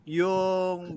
yung